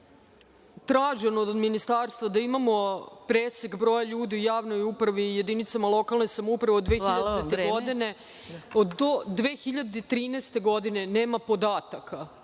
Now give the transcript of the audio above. traženo od Ministarstva da imamo presek broja ljudi u javnoj upravi i jedinicama lokalne samouprave od 2000. godine, do 2013.